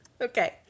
Okay